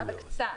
אבל קצת.